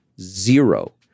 zero